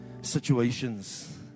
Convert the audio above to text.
situations